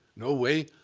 no way.